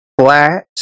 flat